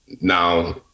now